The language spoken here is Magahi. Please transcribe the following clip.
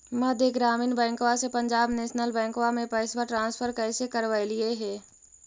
मध्य ग्रामीण बैंकवा से पंजाब नेशनल बैंकवा मे पैसवा ट्रांसफर कैसे करवैलीऐ हे?